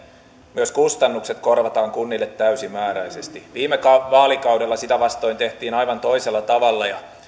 myös kustannukset korvataan kunnille täysimääräisesti viime vaalikaudella sitä vastoin tehtiin aivan toisella tavalla ja